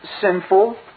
sinful